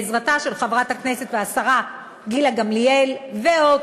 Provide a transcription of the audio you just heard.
בעזרתה של חברת הכנסת והשרה גילה גמליאל ועוד